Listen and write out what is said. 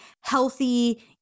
healthy